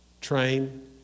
train